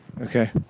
okay